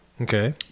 Okay